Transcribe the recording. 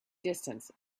distance